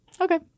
Okay